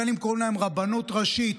בין שקוראים להם רבנות ראשית,